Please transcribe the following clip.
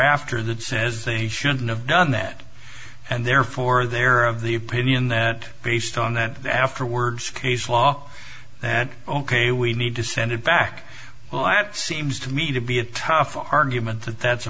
after that says they shouldn't have done that and therefore they're of the opinion that based on that the afterwords case law that ok we need to send it back well at seems to me to be a tough argument that